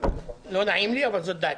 לא נעים לי אבל זאת דעתי.